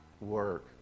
work